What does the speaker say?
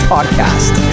Podcast